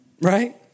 Right